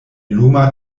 luma